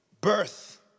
Birth